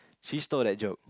she stole that joke